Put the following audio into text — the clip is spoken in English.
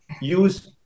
use